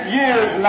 years